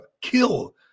kill